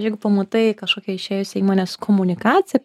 jeigu pamatai kažkokią išėjusią įmonės komunikaciją